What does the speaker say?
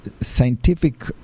scientific